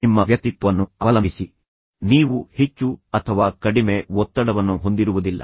ನಿಮ್ಮ ವ್ಯಕ್ತಿತ್ವವನ್ನು ಅವಲಂಬಿಸಿ ನೀವು ಹೆಚ್ಚು ಅಥವಾ ಕಡಿಮೆ ಒತ್ತಡವನ್ನು ಹೊಂದಿರುವುದಿಲ್ಲ